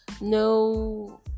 no